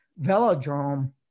velodrome